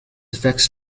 effects